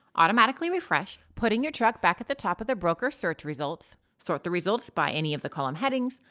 automatically refresh, putting your truck back at the top of the broker search results, sort the results by any of the column headings,